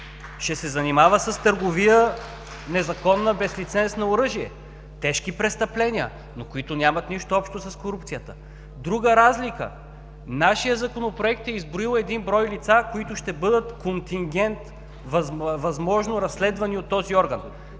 ще се занимава с незаконна търговия, без лиценз, на оръжие. Тежки престъпления, но които нямат нищо общо с корупцията. Друга разлика. Нашият Законопроект е изброил един брой лица, които ще бъдат контингент, възможно разследвани от този орган